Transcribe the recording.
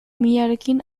mihiarekin